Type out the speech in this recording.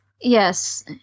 Yes